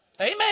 Amen